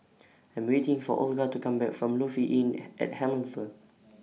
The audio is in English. I'm waiting For Olga to Come Back from Lofi Inn At Hamilton